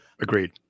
agreed